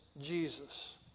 Jesus